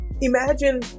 imagine